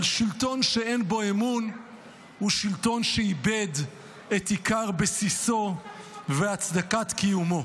אבל שלטון שאין בו אמון הוא שלטון שאיבד את עיקר בסיסו והצדקת קיומו.